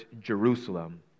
Jerusalem